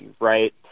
right